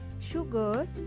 sugar